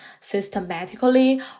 systematically